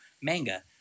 manga